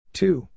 two